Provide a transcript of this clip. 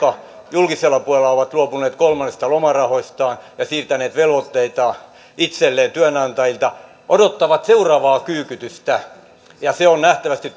julkisella puolella ovat luopuneet kolmanneksesta lomarahoistaan ja siirtäneet velvoitteita työnantajilta itselleen odottavat seuraavaa kyykytystä ja se on nähtävästi